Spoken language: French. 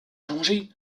plongée